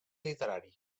literari